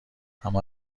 اما